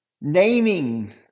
Naming